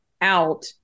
out